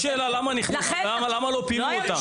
אז השאלה היא לא למה לא פינו אותם?